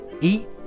eat